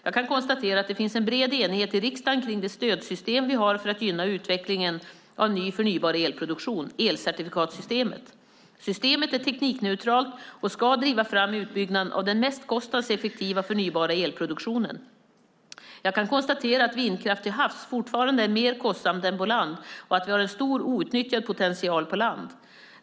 Jag kan konstatera att det finns en bred enighet i riksdagen kring det stödsystem vi har för att gynna utvecklingen av ny förnybar elproduktion - elcertifikatssystemet. Systemet är teknikneutralt och ska driva fram utbyggnaden av den mest kostnadseffektiva förnybara elproduktionen. Jag kan konstatera att vindkraft till havs fortfarande är mer kostsamt än på land och att vi har en stor outnyttjad potential på land.